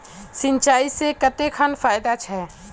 सिंचाई से कते खान फायदा छै?